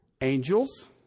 angels